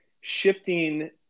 shifting